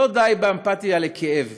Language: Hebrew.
לא די באמפתיה לכאב